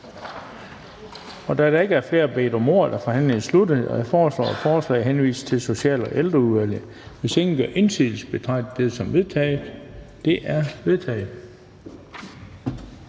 Da der ikke er flere, der har bedt om ordet, er forhandlingen sluttet. Jeg foreslår, at forslaget henvises til Social- og Ældreudvalget. Hvis ingen gør indsigelse, betragter jeg dette som vedtaget. Det er vedtaget.